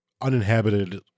uninhabited